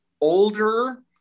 older